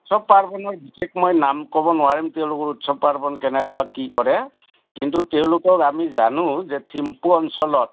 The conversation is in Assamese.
উৎসৱ পাৰ্বণনৰ বিশেষ মই নাম ক'ব নোৱাৰিম তেওঁলোকৰ উৎসৱ পাৰ্বণ কেনেকুৱা কি কৰে কিন্তু তেওঁলোকক আমি জানো যে থিম্পু অঞ্চলত